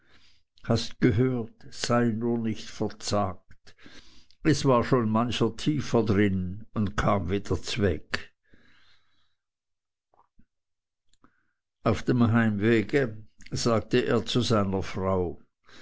hast gehört sei nur nicht verzagt es war schon mancher tiefer drin und kam wieder zweg auf dem heimwege sagte er seiner frau